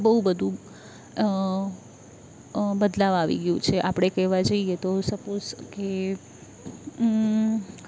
બહુ બધું બદલાવ આવી ગયું છે આપણે કહેવા જઈએ તો સપોસ કે